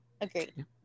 agreed